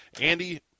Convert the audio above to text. Andy